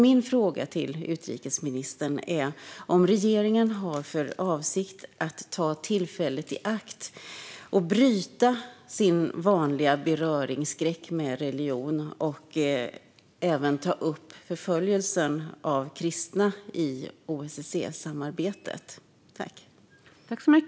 Min fråga till utrikesministern är om regeringen har för avsikt att ta tillfället i akt och bryta sin vanliga beröringsskräck när det gäller religion och även ta upp förföljelsen av kristna i OSSE-samarbetet.